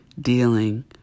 dealing